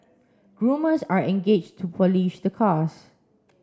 groomers are engaged to polish the cars